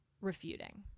refuting